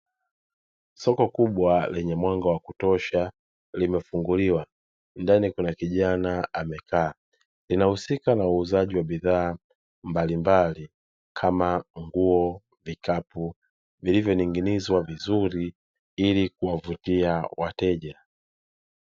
Soko kubwa lenye mwanga wa kutosha limefunguliwa, ndani kuna kijana amekaa. Linahusikua na uuzaji wa bidhaa mbalimbali kama nguo, vitabu vilivoning’inizwa ili kuwavutia wateja.